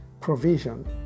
Provision